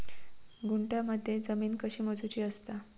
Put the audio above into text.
गुंठयामध्ये जमीन कशी मोजूची असता?